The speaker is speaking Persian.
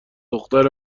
دختر